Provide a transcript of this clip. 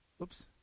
oops